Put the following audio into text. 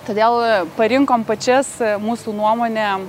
todėl parinkom pačias mūsų nuomone